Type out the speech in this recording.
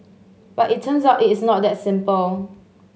but it turns out it is not that simple